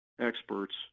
experts